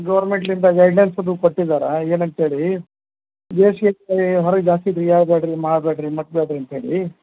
ಗೌರ್ಮೆಂಟಿಂದ ಗೈಡ್ಲೆನ್ಸ್ ಅದು ಕೊಟ್ಟಿದ್ದಾರೆ ಏನಂತ ಹೇಳಿ ಬೇಸಿಗೆ ದಿನದಲ್ಲಿ ಹೊರಗೆ ಜಾಸ್ತಿ ತಿರುಗಾಡ್ಬ್ಯಾಡ್ರಿ ಮಾಡಬ್ಯಾಡ್ರಿ ಮಟ್ಟಬ್ಯಾಡ್ರಿ ಅಂತ ಹೇಳಿ